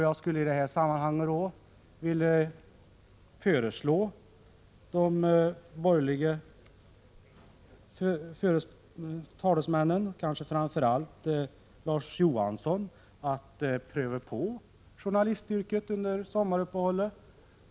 Jag skulle i detta sammanhang vilja föreslå de borgerliga talesmännen, kanske framför allt Larz Johansson, att pröva journalistyrket under sommaruppehållet.